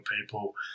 people